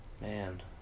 man